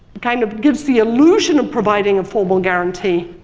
kind of gives the illusion of providing a formal guarantee,